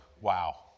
Wow